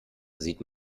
sieht